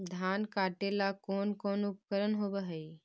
धान काटेला कौन कौन उपकरण होव हइ?